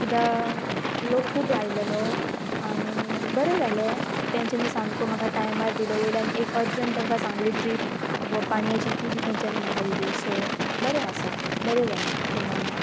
कित्याक लोक खूब आयलेलो आनी बरें जालें तांच्यांनी सामको म्हाका टायमार दिलो वयल्यान एक अर्जंट तांकां सांगलेली ट्रीप पाणयची ती बी तांच्यांनी म्हाका दिली सो बरें आसा बरें जालें टुर्नामेंट